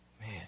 Man